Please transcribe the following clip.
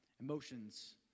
Emotions